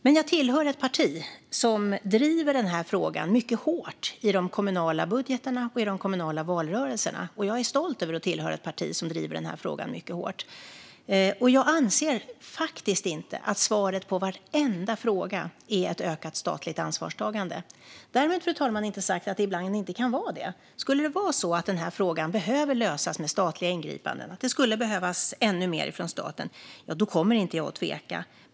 Men jag tillhör ett parti som driver denna fråga mycket hårt i de kommunala budgetarna och i de kommunala valrörelserna, och jag är stolt över att tillhöra ett parti som driver denna fråga mycket hårt. Jag anser faktiskt inte att svaret på varenda fråga är ett ökat statligt ansvarstagande. Därmed, fru talman, är det inte sagt att det ibland inte kan vara det. Skulle det vara så att denna fråga behöver lösas med statliga ingripanden och att det skulle behövas ännu mer från staten kommer jag inte att tveka.